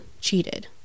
cheated